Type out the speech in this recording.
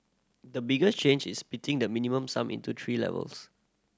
the biggest change is splitting the Minimum Sum into three levels